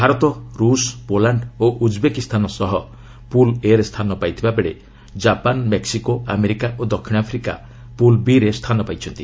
ଭାରତ' ରୁଷ ପୋଲାଣ୍ଡ ଓ ଉଜବେକିସ୍ଥାନ ସହ ପୁଲ୍ ଏରେ ସ୍ଥାନ ପାଇଥିବା ବେଳେ ଜାପାନ୍ ମେକ୍ୱିକୋ ଆମେରିକା ଓ ଦକ୍ଷିଣ ଆଫ୍ରିକା ପୁଲ୍ ବିରେ ସ୍ଥାନ ପାଇଛନ୍ତି